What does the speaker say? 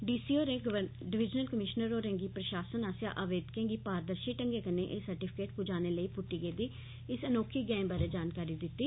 D C होरें divisional commissioner होरेंगी प्रशासन आस्सेआ आवेदकें गी पारदर्शी ढंगै कन्नै सर्टिफिकेट पुजााने लेई पुट्टी गेदी इस अनोखी गैंह् बारै जानकारी दित्ती